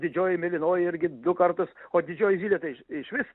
didžioji mėlynoji irgi du kartus o didžioji zylė tai iš išvis